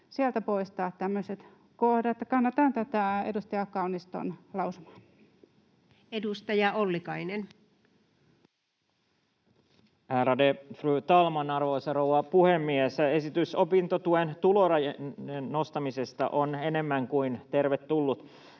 sieltä poistaa tämmöiset kohdat. Kannatan tätä edustaja Kauniston lausumaa. Edustaja Ollikainen. Ärade fru talman, arvoisa rouva puhemies! Esitys opintotuen tulorajojen nostamisesta on enemmän kuin tervetullut.